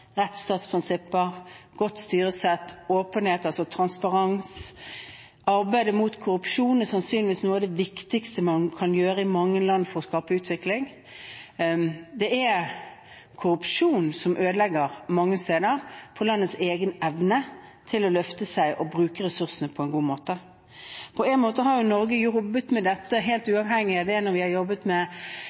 mange land for å skape utvikling. Det er korrupsjonen som ødelegger mange steder for landets egen evne til å løfte seg og bruke ressursene på en god måte. På en måte har Norge jobbet med dette, helt uavhengig av det, når vi har jobbet med Olje for utvikling, når vi har jobbet med